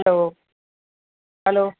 hello hello